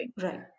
Right